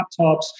laptops